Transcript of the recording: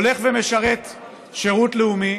הולך ומשרת שירות לאומי